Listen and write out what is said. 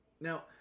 now